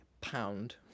pound